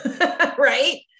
right